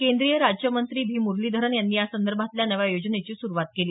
केंद्रीय राज्यमंत्री व्ही म्रलीधरन यांनी यासंदर्भातील नव्या योजनेची सुरुवात केली